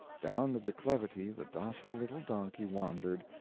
down the declivity the docile little donkey wandered,